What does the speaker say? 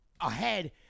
ahead